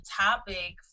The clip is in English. topic